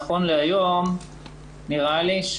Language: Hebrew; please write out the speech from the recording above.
נכון להיום נראה לי,